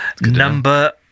Number